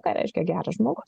ką reiškia geras žmogus